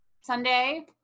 Sunday